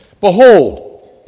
behold